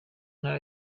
ntara